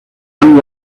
one